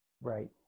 Right